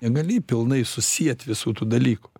negali pilnai susiet visų tų dalykų